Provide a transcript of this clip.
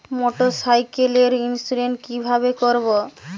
মোটরসাইকেলের ইন্সুরেন্স কিভাবে করব?